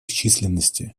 численности